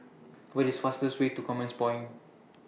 What IS fastest Way to Commerce Point